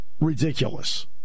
ridiculous